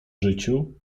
życiu